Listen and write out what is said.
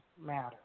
matter